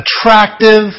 attractive